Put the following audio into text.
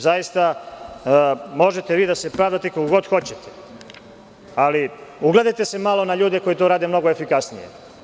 Zaista, možete vi da se pravdate koliko god hoćete, ali ugledajte se malo na ljude koji to rade mnogo efikasnije.